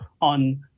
on